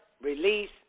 release